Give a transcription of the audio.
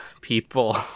people